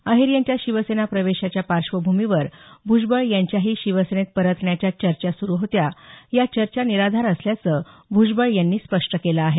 अहीर यांच्या शिवसेना प्रवेशाच्या पार्श्वभूमीवर भूजबळ यांच्याही शिवसेनेत परतण्याच्या चर्चा सुरू होत्या या चर्चा निराधार असल्याचं भ्जबळ यांनी स्पष्ट केलं आहे